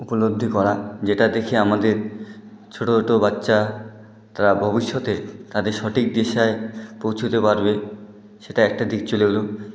উপলব্ধি করা যেটা দেখে আমাদের ছোট ছোট বাচ্চা তারা ভবিষ্যতে তাদের সঠিক দিশায় পৌঁছোতে পারবে সেটা একটা দিক চলে গেলো